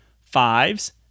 fives